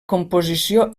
composició